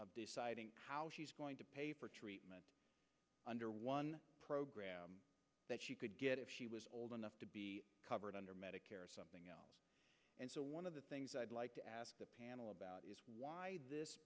how she's going to pay for treatment under one program that she could get if she was old enough to be covered under medicare or something else and so one of the things i'd like to ask the panel about is why this